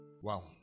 Wow